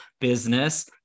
business